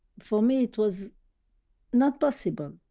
for me it was not possible.